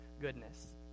goodness